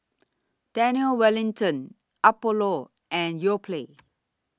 Daniel Wellington Apollo and Yoplait